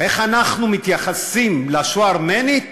איך אנחנו מתייחסים לשואה הארמנית?